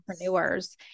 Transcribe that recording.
entrepreneurs